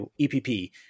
EPP